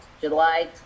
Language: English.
July